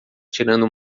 tirando